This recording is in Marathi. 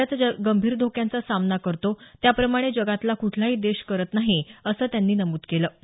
भारत ज्या गंभीर धोक्यांचा सामना करतो त्याप्रमाणे जगातला कुठलाही देश करत नाही असं त्यांनी नमूद केलं